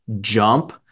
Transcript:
jump